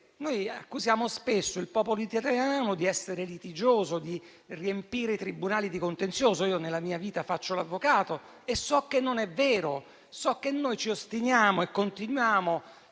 Noi accusiamo spesso il popolo italiano di essere litigioso, di riempire i tribunali di contenzioso, ma nella vita faccio l'avvocato e so che non è vero; so che noi ci ostiniamo e continuiamo